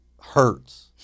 hurts